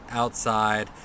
outside